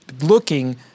looking